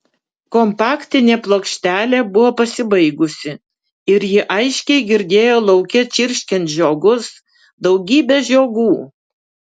kompaktinė plokštelė buvo pasibaigusi ir ji aiškiai girdėjo lauke čirškiant žiogus daugybę žiogų